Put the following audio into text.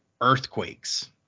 earthquakes